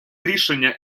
рішення